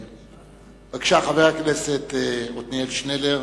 בבקשה, חבר הכנסת עתניאל שנלר.